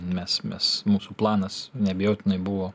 mes mes mūsų planas neabejotinai buvo